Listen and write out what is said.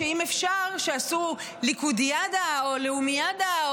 שאם אפשר שיעשו ליכודיאדה או לאומיאדה,